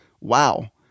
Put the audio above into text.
Wow